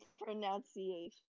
pronunciation